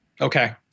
Okay